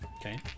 Okay